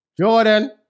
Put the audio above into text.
Jordan